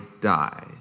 die